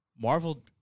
Marvel